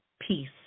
peace